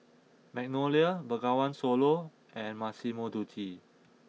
Magnolia Bengawan Solo and Massimo Dutti